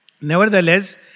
Nevertheless